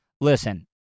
listen